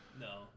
no